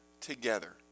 Together